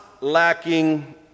lacking